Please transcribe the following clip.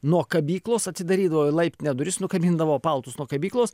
nuo kabyklos atsidarydavo į laiptinę duris nukabindavo paltus nuo kabyklos